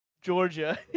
Georgia